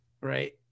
right